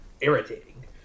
irritating